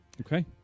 Okay